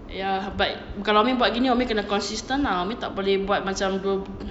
ya but kalau umi buat ni umi kena consistent lah umi tak boleh buat macam